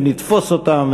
ונתפוס אותם,